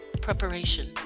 Preparation